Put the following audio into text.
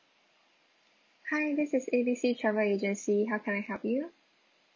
hi this is A B C travel agency how can I help you